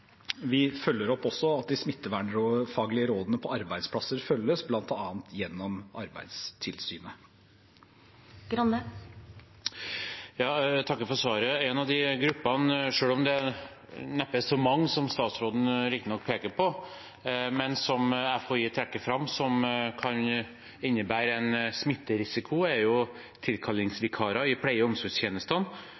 vi også følger opp at de smittevernfaglige rådene på arbeidsplasser følges, bl.a. gjennom Arbeidstilsynet. Jeg takker for svaret. En av de gruppene, selv om det neppe er så mange, som statsråden riktignok peker på, men som FHI trekker fram kan innebære en smitterisiko, er